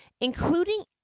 including